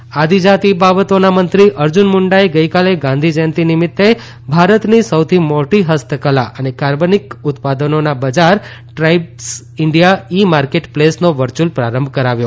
અર્જુન મુંડા આદિજાતિ બાબતોના મંત્રી અર્જન મુંડાએ ગઇકાલે ગાંધી જયંતિ નિમિત્ત ભારતની સૌથી મોટી હસ્તકલા અને કાર્બનિક ઉત્પાદનોના બજાર ટ્રાઇબ્સ ઇન્ડિયા ઇ માર્કેટ પ્લેસનો વર્ચ્યુઅલ પ્રારંભ કરાવ્યો